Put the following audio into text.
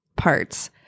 parts